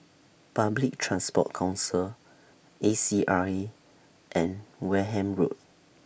Public Transport Council A C R A and Wareham Road